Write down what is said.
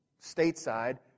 stateside